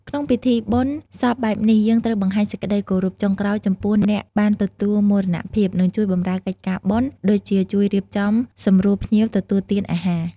ក្នុងពិធីបុណ្យសពបែបនេះ យើងត្រូវបង្ហាញសេចក្ដីគោរពចុងក្រោយចំពោះអ្នកបានទទួលមរណភាព និងជួយបម្រើកិច្ចការបុណ្យ ដូចជាជួយរៀបចំសម្រួលភ្ញៀវទទួលទានអាហារ។